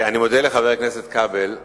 אני מודה לחבר הכנסת כבל.